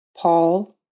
Paul